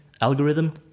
algorithm